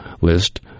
list